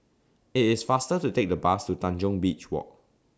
IT IS faster to Take The Bus to Tanjong Beach Walk